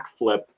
backflip